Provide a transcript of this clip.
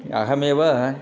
अहमेव